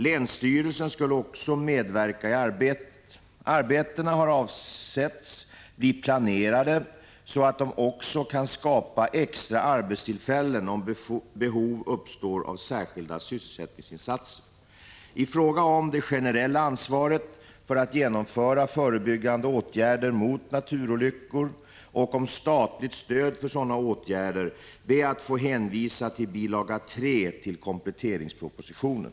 Länsstyrelsen skulle också medverka i arbetet. Arbetena har avsetts bli planerade så att de också kan skapa extra arbetstillfällen om behov uppstår av särskilda sysselsättningsinsatser. 69 minska sårbarheten inom försvaret I fråga om det generella ansvaret för att genomföra förebyggande åtgärder mot naturolyckor och om statligt stöd för sådana åtgärder ber jag att få hänvisa till bil. 3 till kompletteringspropositionen.